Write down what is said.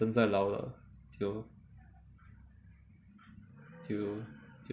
现在老了就就就